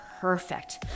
perfect